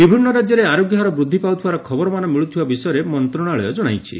ବିଭିନ୍ନ ରାଜ୍ୟରେ ଆରୋଗ୍ୟ ହାର ବୃଦ୍ଧି ପାଉଥିବାର ଖବରମାନ ମିଳୁଥିବା ବିଷୟରେ ମନ୍ତ୍ରଣାଳୟ କ୍ଷଶାଇଛି